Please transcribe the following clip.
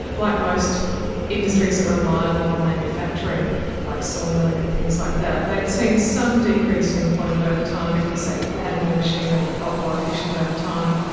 like most industries that rely a lot on manufacturing like saw milling and things like that they'd seen some decrease in employment over time because they had more machinery, they'd got more efficient over time.